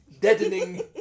deadening